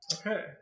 Okay